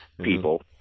people